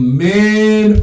man